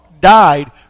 died